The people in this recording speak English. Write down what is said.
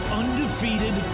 undefeated